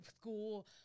school